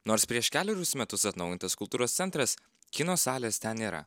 nors prieš kelerius metus atnaujintas kultūros centras kino salės ten nėra